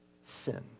sin